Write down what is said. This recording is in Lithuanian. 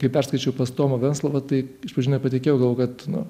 kai perskaičiau pas tomą venclovą tai iš pradžių nepatikėjau galvojau kad nu